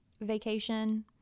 Vacation